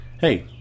Hey